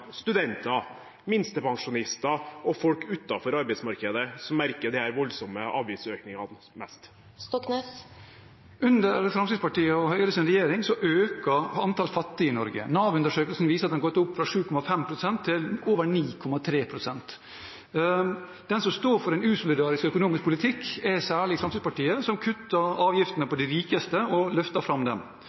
studenter, minstepensjonister og folk utenfor arbeidsmarkedet – som merker disse voldsomme avgiftsøkningene mest? Under Fremskrittspartiet og Høyres regjering øker antall fattige i Norge. Nav-undersøkelsen viser at antallet har gått opp fra 7,5 pst. til over 9,3 pst. De som står for en usolidarisk økonomisk politikk, er særlig Fremskrittspartiet, som kutter avgiftene til de rikeste og løfter fram dem,